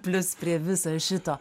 plius prie viso šito